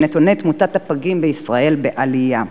שנתוני תמותת הפגים בישראל בעלייה?